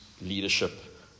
leadership